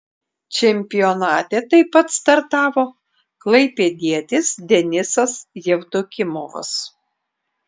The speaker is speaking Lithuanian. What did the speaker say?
čempionate taip pat startavo klaipėdietis denisas jevdokimovas